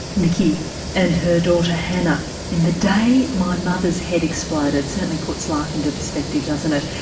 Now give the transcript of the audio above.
nikki and her daughter hannah, in the day my mother's head exploded certainly puts life into perspective doesn't it?